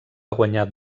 guanyar